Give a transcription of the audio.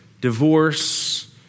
divorce